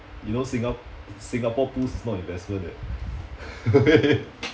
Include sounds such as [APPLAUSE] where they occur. you know singa~ singapore pools is not investment eh [LAUGHS]